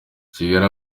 kigali